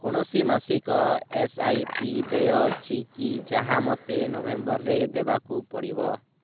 କୌଣସି ମାସିକ S I P ଦେୟ ଅଛି କି ଯାହା ମୋତେ ନଭେମ୍ବରରେ ଦେବାକୁ ପଡ଼ିବ